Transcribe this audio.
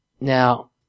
Now